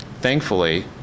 thankfully